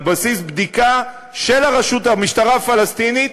על בסיס בדיקה של המשטרה הפלסטינית,